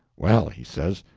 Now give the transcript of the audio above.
well, he says,